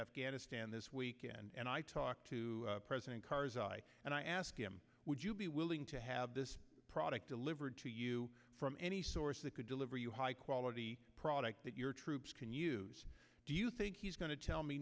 afghanistan this weekend and i talk to president karzai and i ask him would you be willing to have this product delivered to you from any source that could deliver you high quality product that your troops can use do you think he's going to tell me